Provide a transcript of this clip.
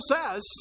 says